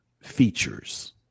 features